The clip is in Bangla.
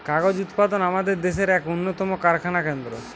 কাগজ উৎপাদন আমাদের দেশের এক উন্নতম কারখানা কেন্দ্র